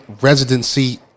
residency